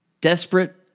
desperate